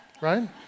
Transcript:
right